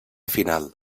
final